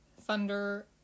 thunder